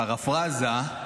פרפרזה,